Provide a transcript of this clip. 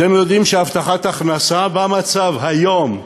אתם יודעים שהבטחת הכנסה במצב היום,